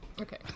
Okay